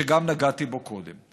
שנגעתי בו קודם.